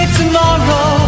tomorrow